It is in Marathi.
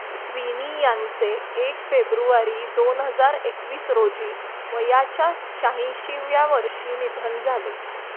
स्विनी यांचे एक फेब्रुवारी दोन हजार एकवीस रोजी वयाच्या शहाऐंशीव्या वर्षी निधन झाले